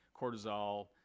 cortisol